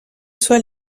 soit